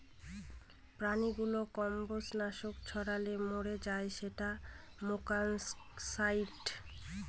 প্রাণীগুলো কম্বজ নাশক ছড়ালে মরে যায় সেটা মোলাস্কাসাইড